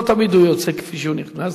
ולא תמיד הוא יוצא כפי שהוא נכנס.